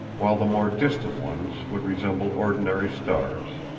while the more distant ones would resemble ordinary stars.